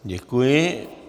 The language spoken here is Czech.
Děkuji.